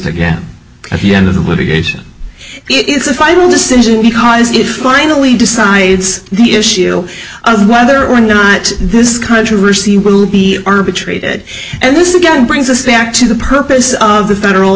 again at the end of the litigation it's a final decision because it finally decides the issue of whether or not this controversy will be arbitrated and this again brings us back to the purpose of the federal